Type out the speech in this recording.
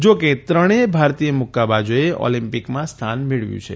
જો કે ત્રણેય ભારતીય મુક્કાબાજોએ ઓલિમ્પિકમાં સ્થાન મેળવ્યું છે